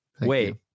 Wait